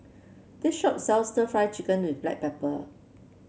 this shop sells stir Fry Chicken with Black Pepper